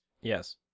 yes